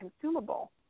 consumable